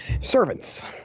servants